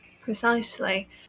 Precisely